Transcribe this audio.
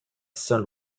saint